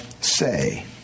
say